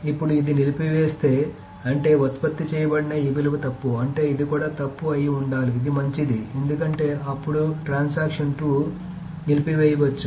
ఇప్పుడు ఇది నిలిపివేస్తే అంటే ఉత్పత్తి చేయబడిన ఈ విలువ తప్పు అంటే ఇది కూడా తప్పు అయ్యి ఉండాలి ఇది మంచిది ఎందుకంటే అప్పుడు ట్రాన్సాక్షన్ 2 అప్పుడు నిలిపివేయవచ్చు